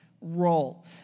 role